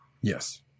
yes